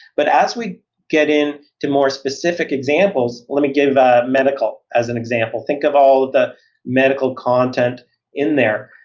but as we get in to more specific examples, let me give a medical as an example think of all the medical content in there.